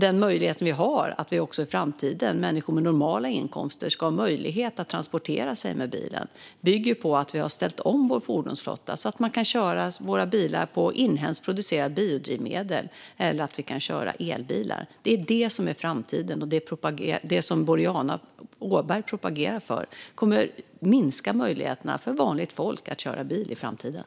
Den möjlighet som människor med normala inkomster också ska ha i framtiden för att kunna transportera sig med bil bygger på att vi har byggt om fordonsflottan så att man kan köra bilarna på inhemskt producerat biodrivmedel eller köra elbilar. Detta är framtiden. Det som Boriana Åberg propagerar för kommer att minska möjligheterna för vanligt folk att köra bil i framtiden.